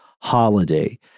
holiday